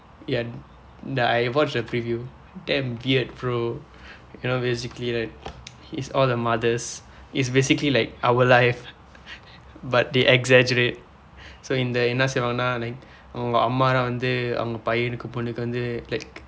ya I I watched the preview damn weird bro you know basically right is all the mothers it's basically like our life but they exaggerate so இந்த என்ன செய்வார்கள்னா:indtha enna seivaangkanaa like அவங்க அம்மா எல்லாம் வந்து அவங்க பையனுக்கு பொன்னுக்கு வந்து:avangka ammaa ellaam vandthu avangka paiyanukku ponnukku vandthu like